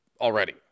already